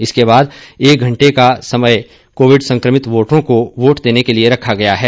इसके बाद एक घंटे का समय कोविड संक्रमित वोटरों को वोट देने के लिए रखा गया है